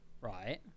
Right